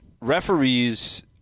referees